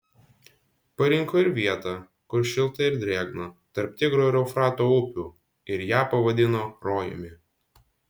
parinko ir vietą kur šilta ir drėgna tarp tigro ir eufrato upių ir ją pavadino rojumi